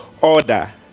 order